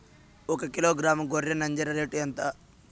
ఒకకిలో గ్రాము గొర్రె నంజర రేటు ఎంత?